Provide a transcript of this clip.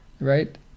right